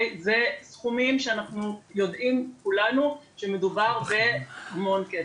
אלה סכומים שאנחנו יודעים כולנו שמדובר בהמון כסף,